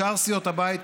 שאר סיעות הבית,